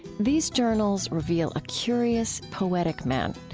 these journals reveal a curious poetic man.